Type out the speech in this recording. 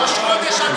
ראש חודש אדר.